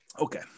okay